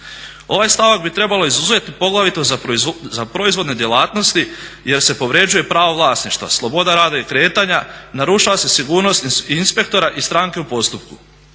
Ovaj stavak bi trebalo izuzeti poglavito za proizvodne djelatnosti jer se povređuje pravo vlasništva, sloboda rada i kretanja, narušava se sigurnost inspektora i stranke u postupku.